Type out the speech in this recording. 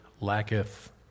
lacketh